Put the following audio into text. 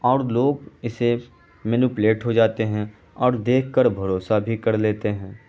اور لوگ اسے مینوپلیٹ ہو جاتے ہیں اور دیکھ کر بھروسہ بھی کر لیتے ہیں